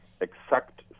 exact